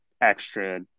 extra